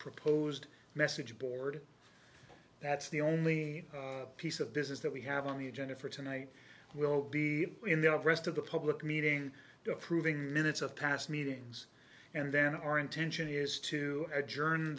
proposed message board that's the only piece of business that we have on the agenda for tonight will be in the rest of the public meeting approving minutes of past meetings and then our intention is to